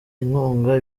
inkunga